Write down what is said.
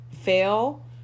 fail